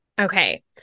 Okay